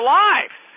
life